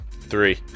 Three